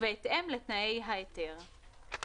ובהתאם לתנאי ההיתר.";